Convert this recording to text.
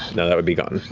no, that would be gone.